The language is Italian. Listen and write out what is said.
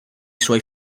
suoi